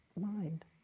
mind